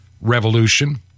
revolution